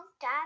Dad